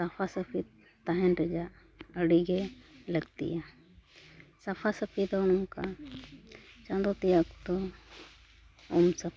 ᱥᱟᱯᱟᱼᱥᱟᱹᱯᱷᱤ ᱛᱟᱦᱮᱱ ᱨᱮᱭᱟᱜ ᱟᱹᱰᱤᱜᱮ ᱞᱟᱹᱠᱛᱤᱭᱟ ᱥᱟᱯᱷᱟᱼᱥᱟᱹᱯᱷᱤ ᱫᱚ ᱚᱱᱠᱟ ᱪᱟᱸᱫᱳ ᱛᱮᱭᱟᱜ ᱚᱠᱛᱚ ᱩᱢ ᱥᱟᱯᱷᱟ